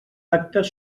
actes